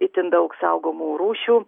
itin daug saugomų rūšių